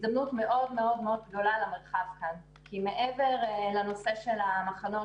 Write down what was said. זו הזדמנות מאוד מאוד גדולה למרחב כאן כי מעבר לנושא של המחנות